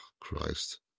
Christ